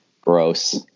Gross